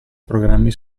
programmi